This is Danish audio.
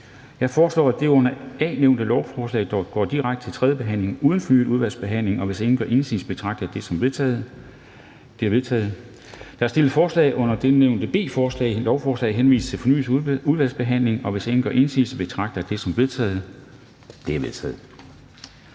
Jeg foreslår, at det under A nævnte lovforslag går direkte til tredje behandling uden fornyet udvalgsbehandling, og hvis ingen gør indsigelse, betragter jeg det som vedtaget. Det er vedtaget. Der er stillet forslag om, at det under B nævnte lovforslag henvises til fornyet udvalgsbehandling, og hvis ingen gør indsigelse, betragter jeg det som vedtaget. Det er vedtaget.